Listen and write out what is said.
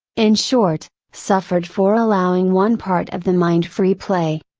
in short, suffered for allowing one part of the mind free play.